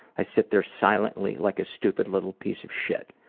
i sit there silently like a stupid little piece of shit.